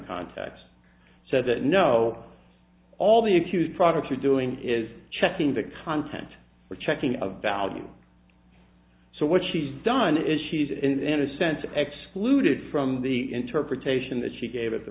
context so that no all the accused products are doing is checking the content or checking of value so what she's done is she's and then a sense excluded from the interpretation that she gave at t